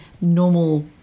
normal